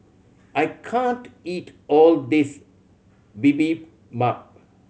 I can't eat all this Bibimbap